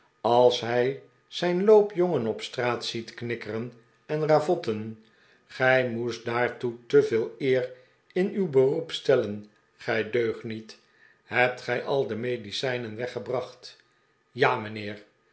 als hij zijn loop jongen op straat ziet knikkeren eh ravotten gij moest daartoe te veel eer in uw beroep stellen gij deugniet hebt gij al de medicijnen weggebracht ja mijnheer